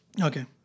Okay